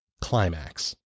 climax